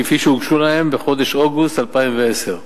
כפי שהוגשו להם בחודש אוגוסט 2010,